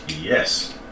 Yes